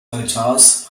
altars